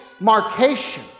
markation